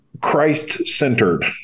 christ-centered